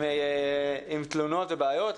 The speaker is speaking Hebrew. עם תלונות ובעיות,